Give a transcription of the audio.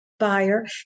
buyer